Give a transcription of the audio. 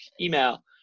email